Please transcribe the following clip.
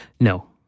No